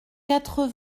quatre